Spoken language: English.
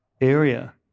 area